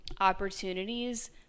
opportunities